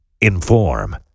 inform